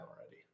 already